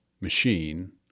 machine